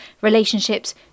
relationships